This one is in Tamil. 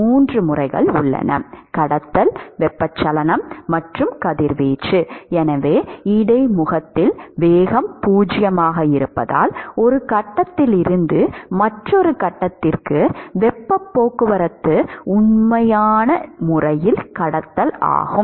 3 முறைகள் எனவே இடைமுகத்தில் வேகம் 0 ஆக இருப்பதால் ஒரு கட்டத்திலிருந்து மற்றொரு கட்டத்திற்கு வெப்பப் போக்குவரத்து உண்மையான முறையில் கடத்தல் ஆகும்